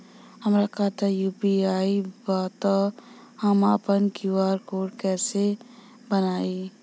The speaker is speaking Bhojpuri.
हमार खाता यू.पी.आई बा त हम आपन क्यू.आर कोड कैसे बनाई?